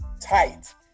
Tight